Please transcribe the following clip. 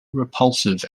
repulsive